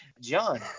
John